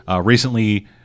recently